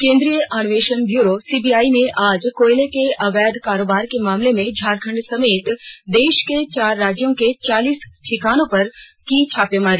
केन्द्रीय अन्वेषण bureau CBI ने आज कोयले के अवैध कारोबार के मामले में झारखण्ड समेत देश के चार राज्यों के चालीस ठिकानों पर की छापेमारी